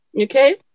Okay